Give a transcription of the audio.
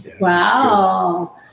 Wow